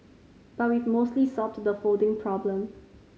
but we've mostly solved the folding problem